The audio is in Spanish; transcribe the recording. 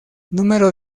número